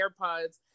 airpods